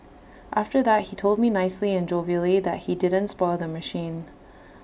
after that he told me nicely and jovially that he didn't spoil the machine